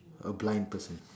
a blind person